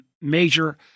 major